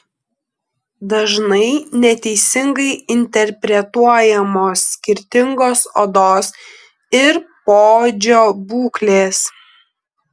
dažnai neteisingai interpretuojamos skirtingos odos ir poodžio būklės